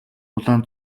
улаан